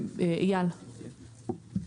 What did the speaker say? אייל,